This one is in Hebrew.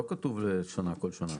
לא כתוב כל שנה.